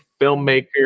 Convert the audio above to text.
filmmaker